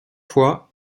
fois